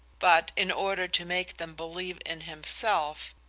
but in order to make them believe in himself,